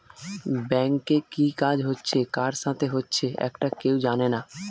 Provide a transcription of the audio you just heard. ব্যাংকে কি কাজ হচ্ছে কার সাথে হচ্চে একটা কেউ জানে না